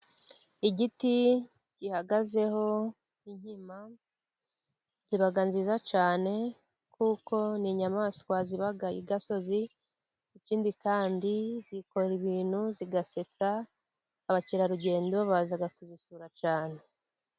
Igiti gihagazeho inkima ziba nziza cyane, kuko n'inyamaswa ziba igasozi, ikindi kandi zikora ibintu zigasetsa, abakerarugendo baza kuzisura cyane.